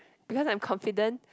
because I am confident